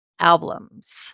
albums